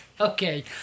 Okay